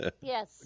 Yes